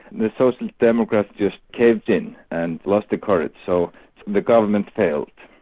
the social democrats just caved in, and lost the courage. so the government fell.